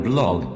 Blog